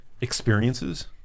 experiences